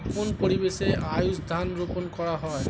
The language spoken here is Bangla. কোন পরিবেশে আউশ ধান রোপন করা হয়?